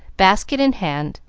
basket in hand.